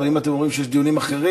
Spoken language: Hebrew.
אבל אם אתם אומרים שיש דיונים אחרים,